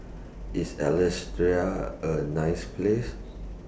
IS A nice Place